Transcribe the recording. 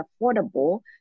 affordable